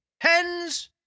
hens